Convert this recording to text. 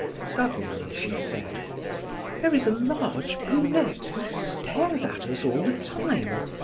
suddenly she said there is a large brunette who stares at us all the time.